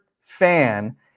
fan